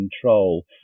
control